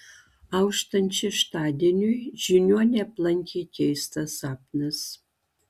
auštant šeštadieniui žiniuonį aplankė keistas sapnas